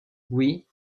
oui